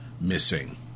missing